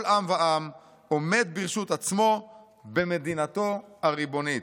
עם ועם עומד ברשות עצמו במדינתו הריבונית.